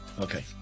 Okay